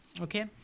Okay